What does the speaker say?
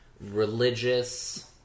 religious